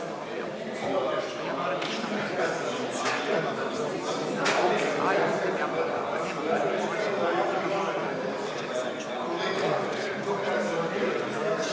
Hvala vam